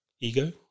ego